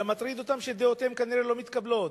אלא מטריד אותם שדעותיהם כנראה לא מתקבלות.